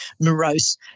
morose